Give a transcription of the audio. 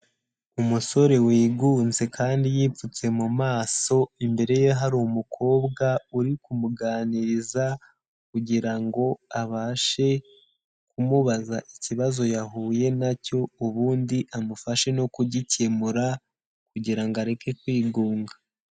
Umusore wigunze kandi yipfutse mu maso, imbere ye hari umukobwa uri kumuganiriza kugira ngo abashe kumubaza ikibazo yahuye na cyo, ubundi amufashe no kugikemura kugira ngo areke kwigunga.